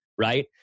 right